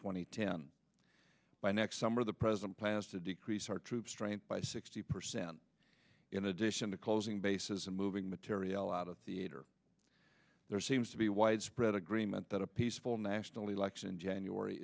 and ten by next summer the president plans to decrease our troop strength by sixty percent in addition to closing bases and moving materiel out of the eight or there seems to be widespread agreement that a peaceful nationally lexan january